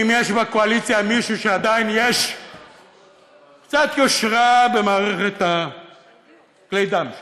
אם יש בקואליציה מישהו שעדיין יש קצת יושרה במערכת כלי הדם שלו,